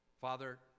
Father